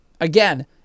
again